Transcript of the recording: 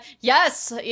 Yes